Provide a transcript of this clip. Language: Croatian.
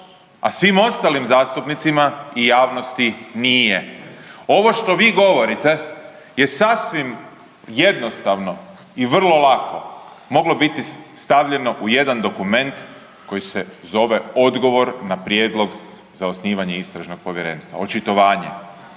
a svim ostalim zastupnicima i javnosti nije. Ovo što vi govorite je sasvim jednostavno i vrlo lako moglo biti stavljeno u jedan dokument koji se zove odgovor na prijedlog za osnivanje Istražnog povjerenstva, očitovanje.